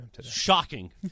Shocking